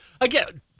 Again